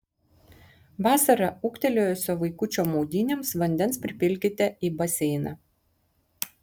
vasarą ūgtelėjusio vaikučio maudynėms vandens pripilkite į baseiną